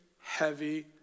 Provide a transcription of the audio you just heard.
heavy